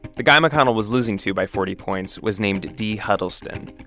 the guy mcconnell was losing to by forty points was named dee huddleston.